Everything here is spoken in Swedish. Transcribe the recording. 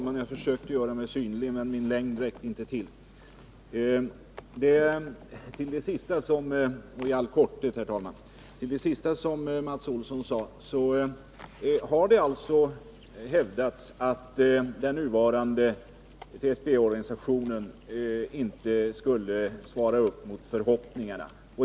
Herr talman! Till det sista som Mats Olsson sade: Det har hävdats att den nuvarande TSB-organisationen inte skulle svara upp mot förhoppningarna.